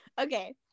Okay